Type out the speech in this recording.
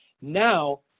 Now